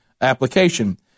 application